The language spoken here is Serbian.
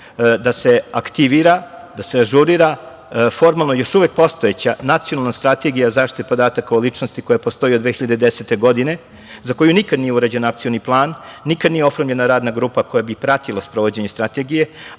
cilju, aktivira, da se ažurira, formalno još uvek postojeća Nacionalna strategija zaštite podataka o ličnosti, koja postoji od 2010. godine, za koju nikad nije urađen akcioni plan, nikad nije oformljena radna grupa koja bi pratila sprovođenje strategije,